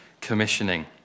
commissioning